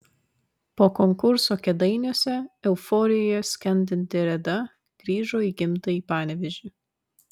po konkurso kėdainiuose euforijoje skendinti reda grįžo į gimtąjį panevėžį